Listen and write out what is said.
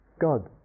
God